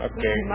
Okay